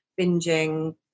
binging